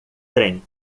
trem